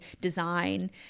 design